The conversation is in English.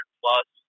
plus